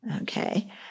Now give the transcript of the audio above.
okay